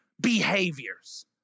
Behaviors